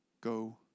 go